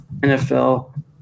NFL